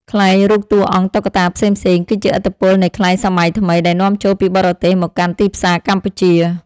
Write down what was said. ខ្លែងរូបតួអង្គតុក្កតាផ្សេងៗ គឺជាឥទ្ធិពលនៃខ្លែងសម័យថ្មីដែលនាំចូលពីបរទេសមកកាន់ទីផ្សារកម្ពុជា។